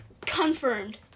Confirmed